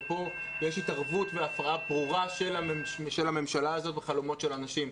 ופה יש התערבות והפרעה ברורה של הממשלה הזו בחלומות של אנשים.